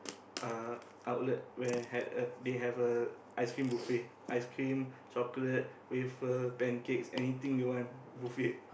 uh outlet where had uh they have a ice cream buffet ice cream chocolate waffle pancakes anything you want buffet